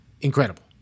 incredible